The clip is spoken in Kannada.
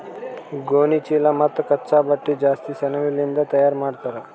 ಗೋಣಿಚೀಲಾ ಮತ್ತ್ ಕಚ್ಚಾ ಬಟ್ಟಿ ಜಾಸ್ತಿ ಸೆಣಬಲಿಂದ್ ತಯಾರ್ ಮಾಡ್ತರ್